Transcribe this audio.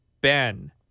Ben